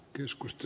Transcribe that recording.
keskusta